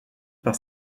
par